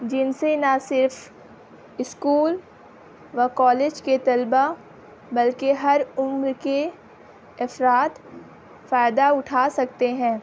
جن سے نہ صرف اسکول و کالج کے طلبہ بلکہ ہر عمر کے افراد فائدہ اٹھا سکتے ہیں